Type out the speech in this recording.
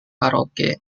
karaoke